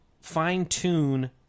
fine-tune